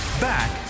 Back